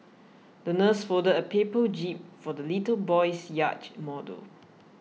the nurse folded a paper jib for the little boy's yacht model